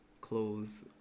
clothes